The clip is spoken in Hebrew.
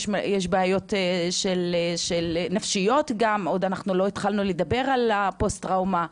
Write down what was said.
יש להם גם בעיות נפשיות ועוד לא התחלנו לדבר בכלל על הפוסט טראומה,